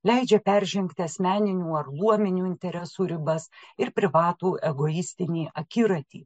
leidžia peržengti asmeninių ar luominių interesų ribas ir privatų egoistinį akiratį